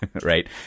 Right